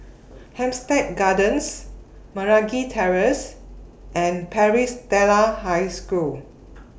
Hampstead Gardens Meragi Terrace and Paris Stella High School